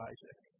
Isaac